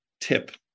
tip